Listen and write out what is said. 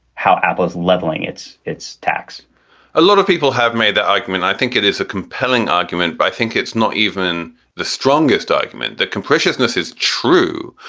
how apple is leveling. it's it's tax a lot of people have made the argument. i think it is a compelling argument, but i think it's not even the strongest argument. the capriciousness is true.